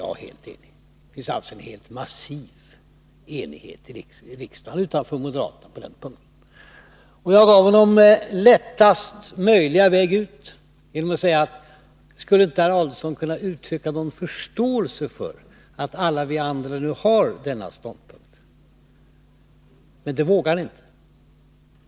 Det finns alltså en massiv enighet i riksdagen, med undantag av moderaterna, på den punkten. Jag gav Ulf Adelsohn lättast möjliga väg ut genom att säga: Skulle inte herr Adelsohn kunna uttrycka någon förståelse för att alla vi andra har denna ståndpunkt? Men det vågade han inte.